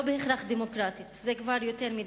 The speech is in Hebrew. לא בהכרח דמוקרטית, זה כבר יותר מדי,